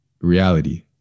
reality